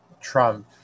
Trump